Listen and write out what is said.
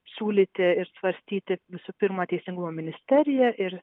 siūlyti ir svarstyti visų pirma teisingumo ministerija ir